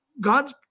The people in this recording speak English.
God